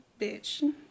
bitch